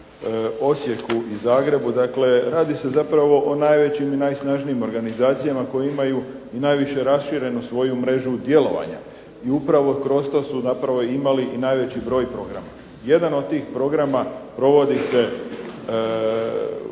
Osijeku i Zagrebu, dakle radi se zapravo o najvećim i najsnažnijim organizacijama koje imaju i najviše raširenu svoju mrežu djelovanja. I upravo kroz to su zapravo imali i najveći broj programa. Jedan od tih programa provodi se